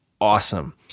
awesome